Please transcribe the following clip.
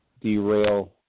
derail